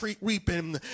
weeping